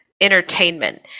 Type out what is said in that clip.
entertainment